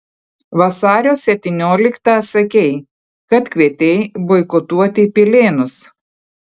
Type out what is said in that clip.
vasario septynioliktą sakei kad kvietei boikotuoti pilėnus